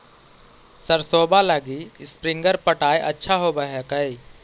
सरसोबा लगी स्प्रिंगर पटाय अच्छा होबै हकैय?